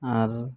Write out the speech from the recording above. ᱟᱨ